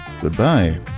goodbye